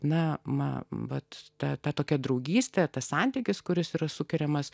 na man vat ta tokia draugystė tas santykis kuris yra sukuriamas